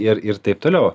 ir ir taip toliau